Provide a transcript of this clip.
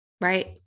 Right